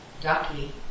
ducky